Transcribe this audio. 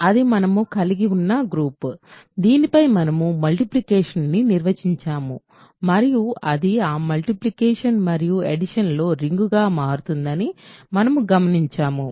అది మనము కలిగి ఉన్నా గ్రూప్ దీనిపై మనము ముల్టిప్లికేషన్ ని నిర్వహించాము మరియు అది ఆ ముల్టిప్లికేషన్ మరియు అడిషన్ లో రింగ్గా మారుతుందని మనము గమనించాము